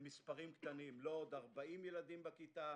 למספרים קטנים: לא עוד 40 ילדים בכיתה.